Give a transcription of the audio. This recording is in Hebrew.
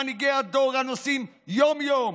מנהיגי הדור, הנושאים יום-יום,